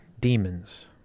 demons